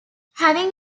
having